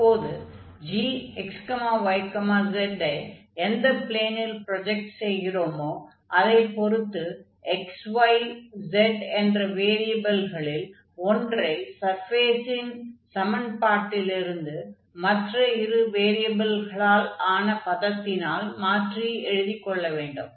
அப்போது gxyz ஐ எந்த ப்ளேனில் ப்ரொஜக்ட் செய்கிறோமோ அதைப் பொறுத்து x y z என்ற வேரியபில்களில் ஒன்றை சர்ஃபேஸின் சமன்பாட்டிலிருந்து மற்ற இரு வேரியபில்களால் ஆன பதத்தினால் மாற்றி எழுதிக் கொள்ள வேண்டும்